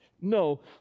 No